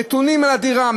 נתונים על הדירה,